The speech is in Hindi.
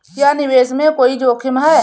क्या निवेश में कोई जोखिम है?